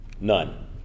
None